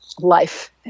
life